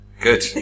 Good